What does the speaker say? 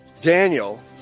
Daniel